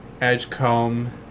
Edgecomb